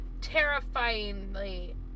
terrifyingly